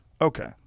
Okay